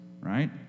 right